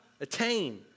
attain